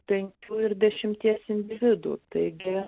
penkių ir dešimties individų taigi